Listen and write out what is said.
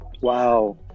Wow